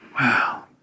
Wow